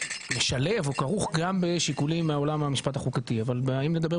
משלב או כרוך גם בשיקולים מהמשפט החוקתי אבל אם לדבר